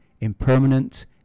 impermanent